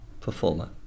Performer